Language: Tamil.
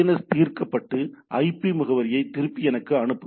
எஸ் தீர்க்கப்பட்டு ஐபி முகவரியை திருப்பி எனக்கு அனுப்புங்கள்